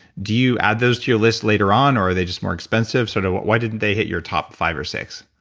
do you add those to your list later on, or are they just more expensive, sort of so why didn't they hit your top five or six?